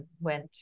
went